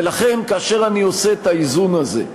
ולכן, כאשר אני עושה את האיזון הזה,